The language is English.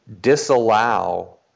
disallow